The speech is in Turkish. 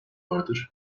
vardır